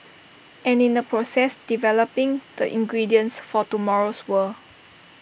and in the process developing the ingredients for tomorrow's world